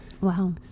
Wow